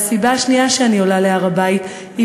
והסיבה השנייה לכך שאני עולה להר-הבית היא